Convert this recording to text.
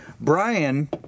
Brian